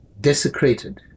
desecrated